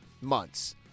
months